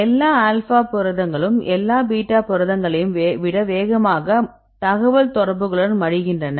எல்லா ஆல்பா புரதங்களும் எல்லா பீட்டா புரதங்களையும் விட வேகமாக தகவல் தொடர்புகளுடன் மடிகின்றன